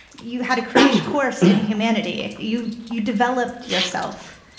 you had a crash course in humanity. you you developed yourself.